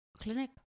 clinic